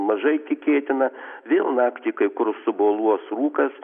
mažai tikėtina vėl naktį kai kur suboluos rūkas